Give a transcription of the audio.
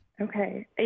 Okay